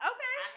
Okay